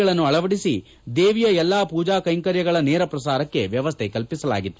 ಗಳನ್ನು ಅಳವಡಿಸಿ ದೇವಿಯ ಎಲ್ಲಾ ಪೂಜಾ ಕೈಂಕರ್ಯಗಳನ್ನು ನೇರ ಪ್ರಸಾರಕ್ಕೆ ವ್ಯವಸ್ಥೆ ಕಲ್ಪಿಸಲಾಗಿತ್ತು